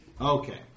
Okay